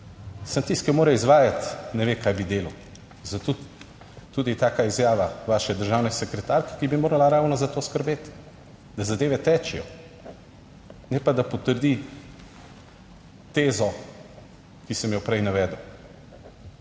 Samo tisti, ki mora izvajati, ne ve kaj bi delal za to, tudi taka izjava vaše državne sekretarke, ki bi morala ravno za to skrbeti, da zadeve tečejo. Ne pa, da potrdi tezo, ki sem jo prej navedel.